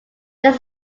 there